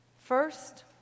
First